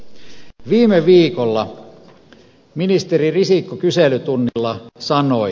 viime viikolla ministeri risikko kyselytunnilla sanoi